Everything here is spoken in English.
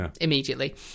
immediately